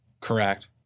Correct